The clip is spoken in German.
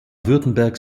württembergs